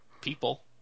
people